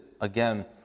again